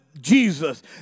Jesus